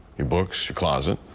your books, your closet,